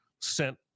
sent